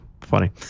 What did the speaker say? funny